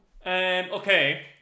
Okay